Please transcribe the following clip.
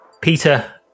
Peter